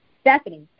Stephanie